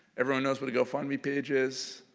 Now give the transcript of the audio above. everyone knows when to gofundme page is.